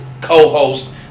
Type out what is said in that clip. co-host